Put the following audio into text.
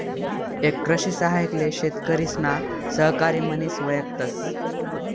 एक कृषि सहाय्यक ले शेतकरिसना सहकारी म्हनिस वयकतस